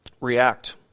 react